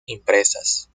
impresas